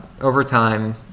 overtime